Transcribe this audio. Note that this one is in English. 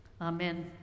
Amen